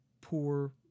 poor